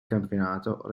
campionato